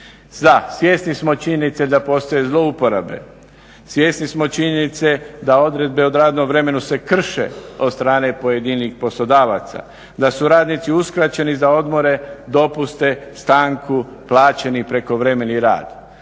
svjesni smo činjenice da postoje zlouporabe, svjesni smo činjenice da odredbe o radnom vremenu se krše od strane pojedinih poslodavaca, da su radnici uskraćeni za odmore, dopuste, stanku, plaćeni prekovremeni rad.